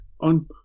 on